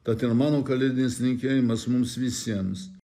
tad ir mano kalėdinis linkėjimas mums visiems